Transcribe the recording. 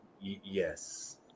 yes